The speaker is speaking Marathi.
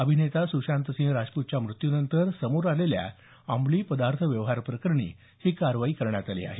अभिनेता सुशांत सिंह राजपूतच्या मृत्यूनंतर समोर आलेल्या अंमली पदार्थ प्रकरणी ही कारवाई करण्यात आली आहे